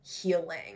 healing